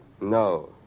No